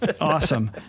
Awesome